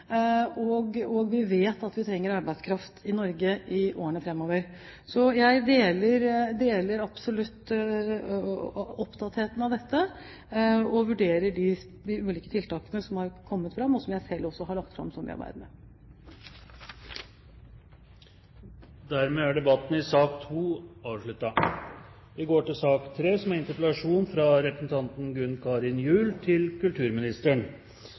og vi vet at vi trenger arbeidskraft i Norge i årene framover. Jeg er absolutt opptatt av dette og vurderer de ulike tiltakene som har kommet fram, som jeg selv også har lagt fram, og som vi arbeider med. Dermed er debatten i sak nr. 2 avsluttet. Kulturpolitikken var den første spiren til samarbeid mellom de rød-grønne partiene. I mars 2004 lanserte Arbeiderpartiet, SV og Senterpartiet Kulturløftet som